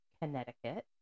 connecticut